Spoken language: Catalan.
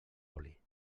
oli